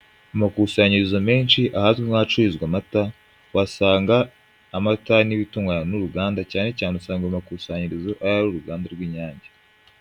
Amakusanyirizo menshi ahazwi nk'acururizwa amata, wasanga amata n'ibitunganywa n'uruganda, cyane cyane usanga amakusanyirizo ari ay'uruganda rw'Inyange.